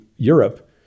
Europe